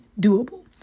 doable